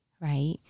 Right